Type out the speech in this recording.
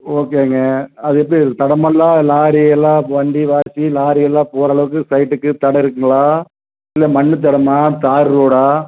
ஓகேங்க அது எப்படி தடமெல்லாம் லாரி எல்லா வண்டி வசதி லாரி எல்லா போரளவுக்கு சைட்டுக்கு தடம் இருக்குதுங்களா இல்லை மண் தடமா தார் ரோடா